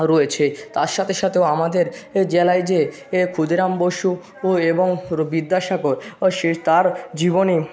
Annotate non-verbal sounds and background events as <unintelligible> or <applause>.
রয়েছে তার সাথে সাথেও আমাদের জেলায় যে এ ক্ষুদিরাম বসু ও এবং <unintelligible> বিদ্যাসাগর ও সে তাঁর জীবনী